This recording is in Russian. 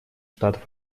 штатов